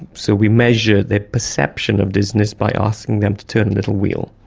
so we measure their perception of dizziness by asking them to turn a little wheel.